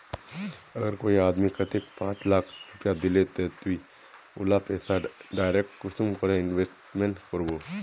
अगर कोई आदमी कतेक पाँच लाख रुपया दिले ते ती उला पैसा डायरक कुंसम करे इन्वेस्टमेंट करबो?